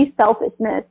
selfishness